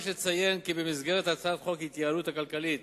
יש לציין כי במסגרת הצעת חוק ההתייעלות הכלכלית